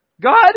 God